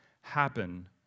happen